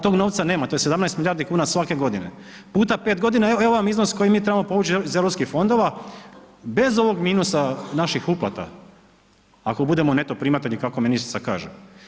Tog novca nema to je 17 milijardi kuna svake godine, puta 5 godina evo vam iznos koji mi trebamo povući iz Europskih fondova bez ovog minusa naših uplata, ako budemo neto primatelji kako ministrica kaže.